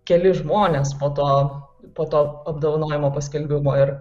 keli žmonės po to po to apdovanojimo paskelbimo ir